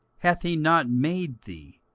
hath he not made thee,